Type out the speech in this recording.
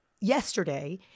yesterday